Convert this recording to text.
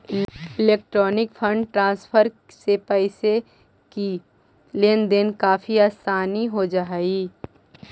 electronic fund transfer से पैसे की लेन देन में काफी आसानी हो जा हई